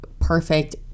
perfect